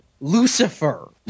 lucifer